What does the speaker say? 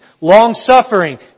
long-suffering